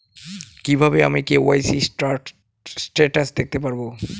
কিভাবে আমি KYC status দেখতে পারবো?